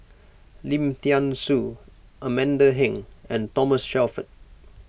Lim thean Soo Amanda Heng and Thomas Shelford